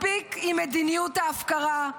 מספיק עם מדיניות ההפקרה.